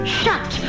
shut